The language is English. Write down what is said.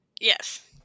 yes